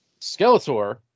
Skeletor